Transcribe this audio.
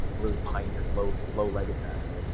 really pioneered low low leg attacks,